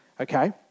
Okay